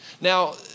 Now